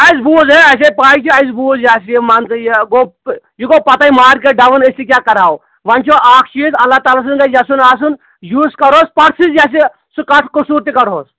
اَسہِ بوٗز ہے اَسے پَے چھِ اَسہِ بوٗز یہِ ہَسا یہِ منٛزٕ یہِ گوٚو یہِ گوٚو پَتَے مارکیٹ ڈَوُن أسۍ تہِ کیٛاہ کَرٕہَو وۄنۍ چھُو اَکھ چیٖز اللہ تعلیٰ سُنٛد گژھِ یَژھُن آسُن یِہُس کَرٕہوس پَرسُچ یہِ ہَسا یہِ سُہ کَٹھ قصوٗر تہِ کَڑٕہوس